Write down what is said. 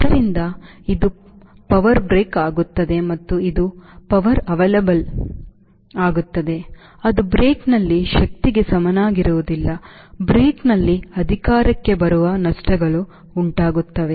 ಆದ್ದರಿಂದ ಇದು power brake ಆಗುತ್ತದೆ ಮತ್ತು ಇದು ಪವರ್available ಅದು ಬ್ರೇಕ್ನಲ್ಲಿ ಶಕ್ತಿಗೆ ಸಮನಾಗಿರುವುದಿಲ್ಲ ಬ್ರೇಕ್ನಲ್ಲಿ ಅಧಿಕಾರಕ್ಕೆ ಬರುವ ನಷ್ಟಗಳು ಉಂಟಾಗುತ್ತವೆ